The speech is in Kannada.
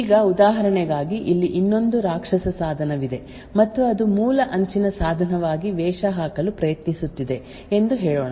ಈಗ ಉದಾಹರಣೆಗಾಗಿ ಇಲ್ಲಿ ಇನ್ನೊಂದು ರಾಕ್ಷಸ ಸಾಧನವಿದೆ ಮತ್ತು ಅದು ಮೂಲ ಅಂಚಿನ ಸಾಧನವಾಗಿ ವೇಷ ಹಾಕಲು ಪ್ರಯತ್ನಿಸುತ್ತಿದೆ ಎಂದು ಹೇಳೋಣ